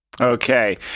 Okay